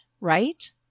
right